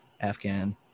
Afghan